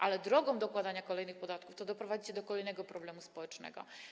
Ale droga nakładania kolejnych podatków prowadzi do kolejnego problemu społecznego.